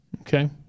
Okay